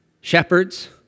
shepherds